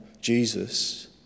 Jesus